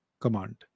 command